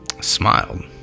smiled